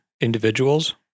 individuals